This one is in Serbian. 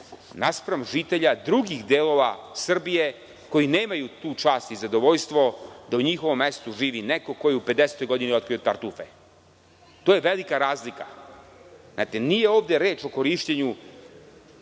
naspram žitelja drugih delova Srbije koji nemaju tu čast i zadovoljstvo da u njihovom mestu živi neko ko je u 50-toj godini otkrio tartufe. To je velika razlika. Nije ovde reč o korišćenju